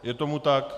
Je tomu tak.